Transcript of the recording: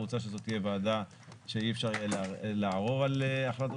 הוצע שזאת תהיה ועדה שאי אפשר יהיה לערור על החלטותיה.